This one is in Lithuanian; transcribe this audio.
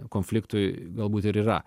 konfliktui galbūt ir yra